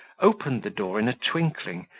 opened the door in a twinkling,